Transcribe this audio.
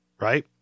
right